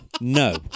No